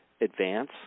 advance